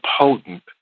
potent